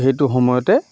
সেইটো সময়তে